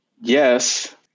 Yes